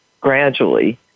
Gradually